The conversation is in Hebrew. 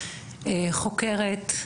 חוקרת,